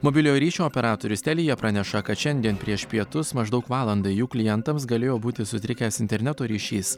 mobiliojo ryšio operatorius telija praneša kad šiandien prieš pietus maždaug valandą jų klientams galėjo būti sutrikęs interneto ryšys